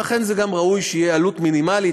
ולכן גם ראוי שתהיה עלות מינימלית